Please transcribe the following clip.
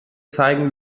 zeigen